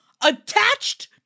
attached